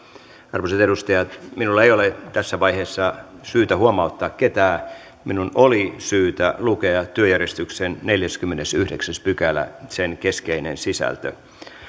arvoisat edustajat minulla ei ole tässä vaiheessa syytä huomauttaa ketään minun oli syytä lukea työjärjestyksen neljäskymmenesyhdeksäs pykälä sen keskeinen sisältö